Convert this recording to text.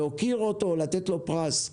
להוקיר אותו, לתת לו פרס.